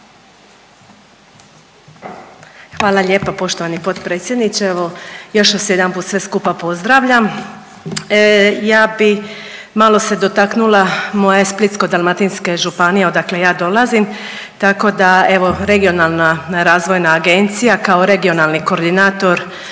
Hvala lijepa poštovani potpredsjedniče. Evo još vas jedanput sve skupa pozdravljam. Ja bih malo se dotaknula moje Splitsko-dalmatinske županije odakle ja dolazim tako da evo Regionalna razvojna agencija kao regionalni koordinator